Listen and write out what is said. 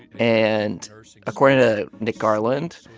and according to nick garland,